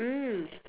mm